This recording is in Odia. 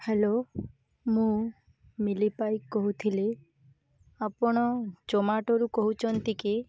ହ୍ୟାଲୋ ମୁଁ ମିଲି ପାଇ କହୁଥିଲି ଆପଣ ଜୋମାଟୋରୁ କହୁଛନ୍ତି କି